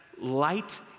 light